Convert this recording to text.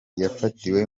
yafatiwe